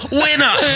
winner